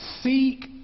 seek